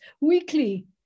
weekly